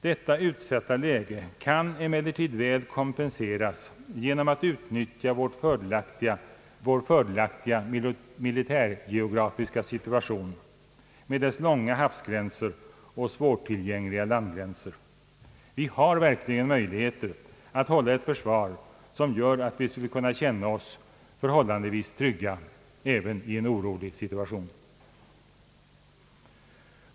Detta utsatta läge kan emellertid väl kompenseras genom att vi utnyttjar vår fördelaktiga militärgeografiska situation med långa havsgränser och svårtillgängliga landgränser. Vi har verkligen möjligheter att hålla ett försvar som gör att vi skulle kunna känna oss förhållandevis trygga även i en orolig situation.